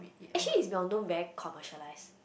actually is well known very commercialise